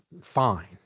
fine